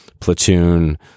Platoon